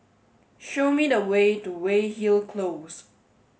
show me the way to Weyhill Close